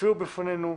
שהופיעו לפנינו,